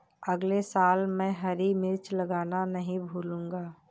अगले साल मैं हरी मिर्च लगाना नही भूलूंगा